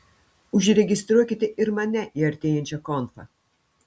užregistruokite ir mane į artėjančią konfą